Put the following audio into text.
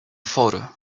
photo